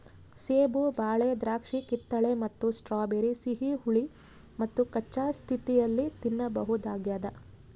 ಸೇಬು ಬಾಳೆ ದ್ರಾಕ್ಷಿಕಿತ್ತಳೆ ಮತ್ತು ಸ್ಟ್ರಾಬೆರಿ ಸಿಹಿ ಹುಳಿ ಮತ್ತುಕಚ್ಚಾ ಸ್ಥಿತಿಯಲ್ಲಿ ತಿನ್ನಬಹುದಾಗ್ಯದ